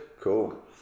cool